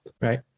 right